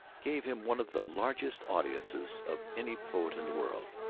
gave him one of the largest audiences of any poet in the world,